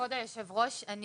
כבוד היושב-ראש, אני